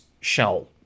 shell